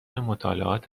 مطالعات